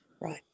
right